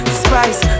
spice